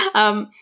um,